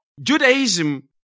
Judaism